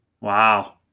Wow